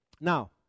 Now